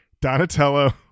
Donatello